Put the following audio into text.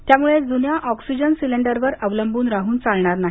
त्यामुळे जुन्या ऑक्सिजन सिलेंडरवर अवलंब्रन राहून चालणार नाही